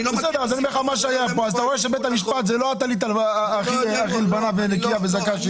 אתה רואה שבית המשפט זה לא הטלית הכי לבנה וזכה,